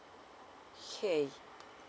K